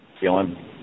feeling